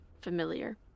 familiar